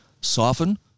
soften